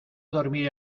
dormir